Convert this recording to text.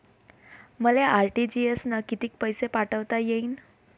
मले आर.टी.जी.एस न कितीक पैसे पाठवता येईन?